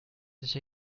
sich